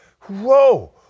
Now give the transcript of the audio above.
whoa